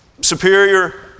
superior